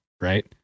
Right